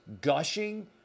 gushing